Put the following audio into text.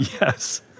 Yes